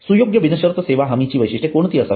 सुयोग्य बिनशर्त सेवा हमी ची वैशिष्ट्ये कोणती असावी